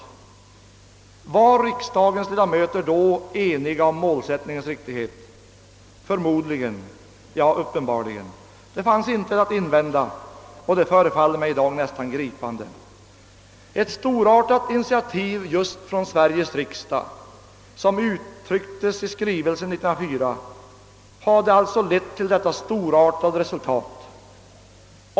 Var riksdagens ledamöter då eniga om målsättningens riktighet? Ja, uppenbarligen. Det fanns inget att invända. Detta förefaller mig nästan gripande. Ett storartat initiativ just från riksdagen, utformat i skrivelsen av 1904, hade alltså lett till detta storartade resultat.